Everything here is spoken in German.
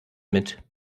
mit